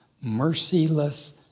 merciless